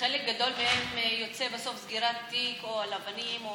שחלק גדול מהם יוצא בסוף עם סגירת תיק או על אבנים או